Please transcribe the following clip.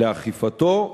לאכיפתו.